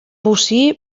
bocí